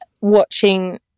watching